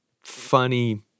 funny